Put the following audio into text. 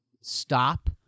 stop